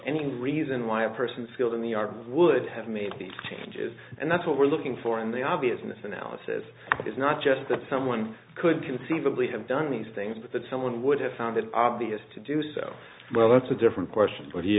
any reason why a person skilled in the art of would have made the changes and that's what we're looking for in the obviousness analysis is not just that someone could conceivably have done these things but that someone would have found it obvious to do so well that's a different question but he